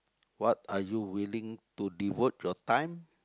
what are you willing to devote your time